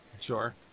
sure